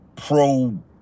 pro